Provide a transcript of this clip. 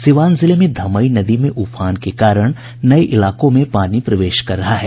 सीवान जिले में धमई नदी में उफान के कारण नये इलाकों में पानी प्रवेश कर रहा है